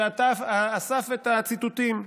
שאסף את הציטוטים.